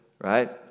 right